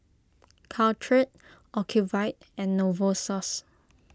Caltrate Ocuvite and Novosource